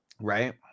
Right